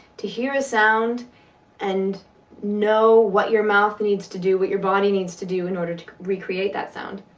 to hear a sound and know what your mouth needs to do, what your body needs to do, in order to recreate that sound.